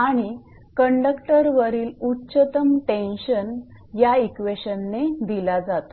आणि कंडक्टरवरील उच्चतम टेन्शन या इक्वेशन ने दिला जातो